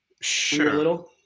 Sure